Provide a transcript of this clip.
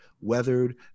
weathered